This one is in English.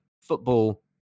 football